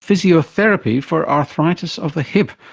physiotherapy for arthritis of the hip.